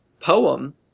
poem